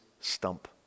stump